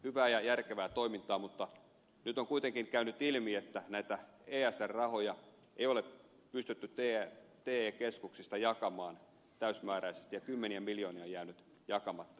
hyvää ja järkevää toimintaa mutta nyt on kuitenkin käynyt ilmi että näitä esr rahoja ei ole pystytty te keskuksista jakamaan täysimääräisesti ja kymmeniä miljoonia on jäänyt jakamatta